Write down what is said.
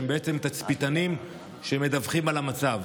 הם בעצם תצפיתנים שמדווחים על המצב.